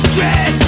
Dread